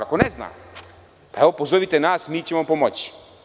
Ako ne zna, pa, evo, pozovite nas, mi ćemo pomoći.